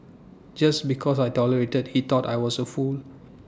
just because I tolerated he thought I was A fool